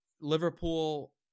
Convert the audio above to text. Liverpool